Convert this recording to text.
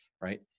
right